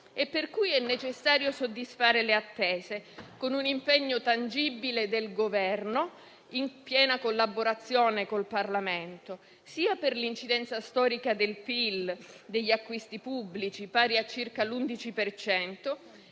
e per cui è necessario soddisfare le attese con un impegno tangibile del Governo in piena collaborazione con il Parlamento sia per l'incidenza storica del PIL degli acquisti pubblici, pari a circa l'11